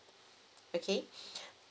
okay